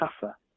tougher